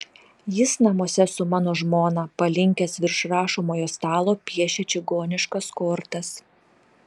jis namuose su mano žmona palinkęs virš rašomojo stalo piešia čigoniškas kortas